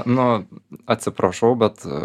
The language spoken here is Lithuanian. nu atsiprašau bet